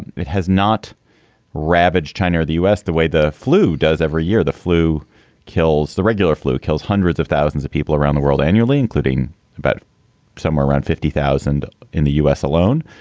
it has not ravaged china or the u s. the way the flu does. every year. the flu kills the regular flu kills hundreds of thousands of people around the world annually, including about somewhere around fifty thousand in the u s. alone.